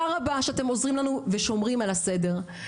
רבה שאתם עוזרים לנו ושומרים על הסדר.